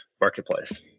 Marketplace